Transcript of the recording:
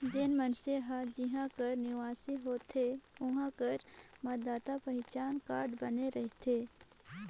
जेन मइनसे हर जिहां कर निवासी होथे उहां कर मतदाता पहिचान कारड बने रहथे